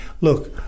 look